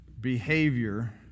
behavior